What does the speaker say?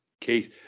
case